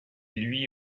lui